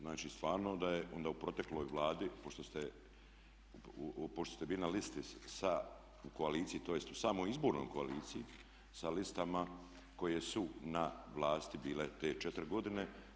Znači stvarno da je onda u protekloj Vladi, pošto ste bili na listi sa, u koaliciji, tj. u samoj izbornoj koaliciji sa listama koje su na vlasti bile te 4 godine.